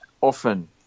often